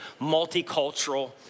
multicultural